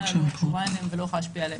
לא קשורה אליהם ולא יכולה להשפיע עליהם.